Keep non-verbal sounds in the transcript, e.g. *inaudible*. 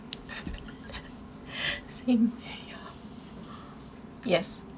*laughs* same *breath* yes